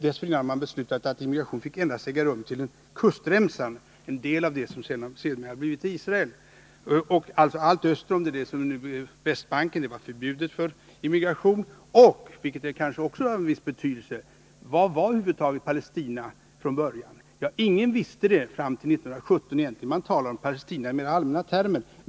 Dessförinnan hade man beslutat att immigration endast fick äga rum till en viss kustremsa, en del av det som sedermera har blivit Israel. Allt område öster om nuvarande Västbanken var förbjudet för immigration. Frågan vad Palestina egentligen var kanske har en viss betydelse. Ingen visste det fram till 1917. Man talade dessförinnan om Palestina i mera allmänna termer.